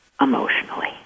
emotionally